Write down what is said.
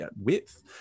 width